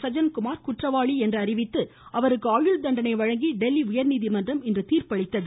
சஜன் குமார் குற்றவாளி என்று அறிவித்து அவருக்கு ஆயுள்தண்டனை வழங்கி டெல்லி உயர்நீதிமன்றம் இன்று தீர்ப்பளித்தது